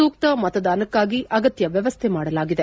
ಸೂಕ್ತ ಮತದಾನಕ್ಕಾಗಿ ಅಗತ್ಯ ವ್ಯವಸ್ಥೆ ಮಾಡಲಾಗಿದೆ